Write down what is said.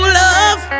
love